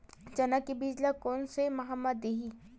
चना के बीज ल कोन से माह म दीही?